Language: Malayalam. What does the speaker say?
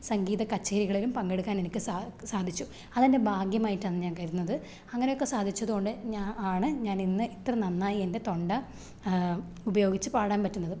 സംഗീത കച്ചേരികളിലും പങ്കെടുക്കാനെനിക്ക് സാ സാധിച്ചു അതെന്റെ ഭാഗ്യമായിട്ടാന്ന് ഞാന് കരുതുന്നത് അങ്ങനെയൊക്കെ സാധിച്ചത് കൊണ്ട് ഞാൻ ആണ് ഞാനിന്ന് ഇത്ര നന്നായി എന്റെ തൊണ്ട ഉപയോഗിച്ച് പാടാന് പറ്റുന്നത്